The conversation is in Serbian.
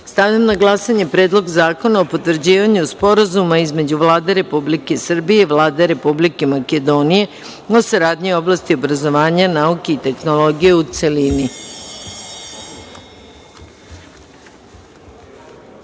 zakona. Stavljam na glasanje Predlog zakona o potvrđivanju Sporazuma između Vlade Republike Srbije i Vlade Republike Makedonije o saradnji u oblasti obrazovanja, nauke i tehnologije, u